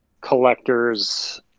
collectors